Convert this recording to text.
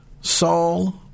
Saul